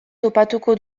topatuko